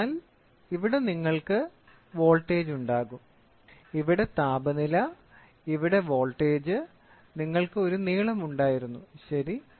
അതിനാൽ ഇവിടെ നിങ്ങൾക്ക് വോൾട്ടേജ് ഉണ്ടാകും ഇവിടെ താപനില ഇവിടെ വോൾട്ടേജ് നിങ്ങൾക്ക് ഒരു നീളം ഉണ്ടായിരുന്നു ശരി